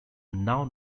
now